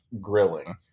grilling